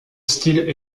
style